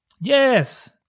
Yes